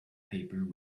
paper